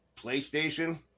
PlayStation